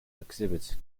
exhibit